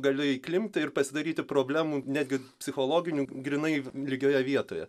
gali įklimpti ir pasidaryti problemų netgi psichologinių grynai lygioje vietoje